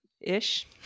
ish